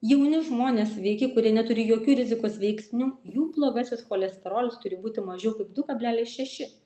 jauni žmonės sveiki kurie neturi jokių rizikos veiksnių jų blogasis cholesterolis turi būti mažiau kaip du kablelis šeši